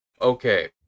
Okay